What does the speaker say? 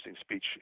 speech